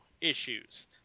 issues